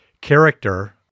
character